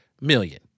million